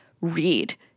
read